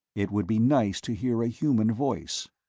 it would be nice to hear a human voice.